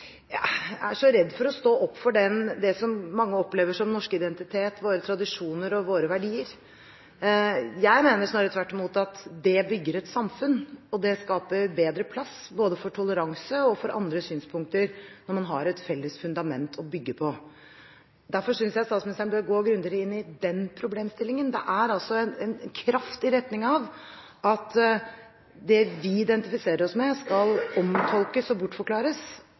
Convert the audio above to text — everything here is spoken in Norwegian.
er så redde for å stå opp for det som mange opplever som den norske identitet, våre tradisjoner og våre verdier. Jeg mener snarere tvert imot at det bygger et samfunn, at det skaper bedre plass for både toleranse og andre synspunkter når man har et felles fundament å bygge på. Derfor synes jeg statsministeren burde gå grundigere inn i den problemstillingen. Det er altså en kraft i retning av at det vi identifiserer oss med, skal omtolkes og bortforklares.